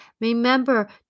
Remember